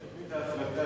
במסגרת תוכנית ההפרטה,